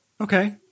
Okay